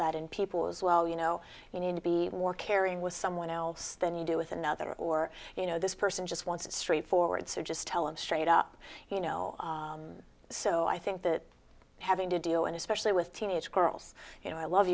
in people's well you know you need to be more caring with someone else than you do with another or you know this person just wants it straight forward so just tell him straight up you know so i think that having to deal and especially with teenage girls you know i love